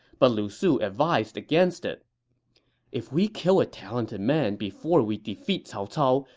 but lu su advised against it if we kill a talented man before we defeat cao cao,